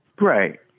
right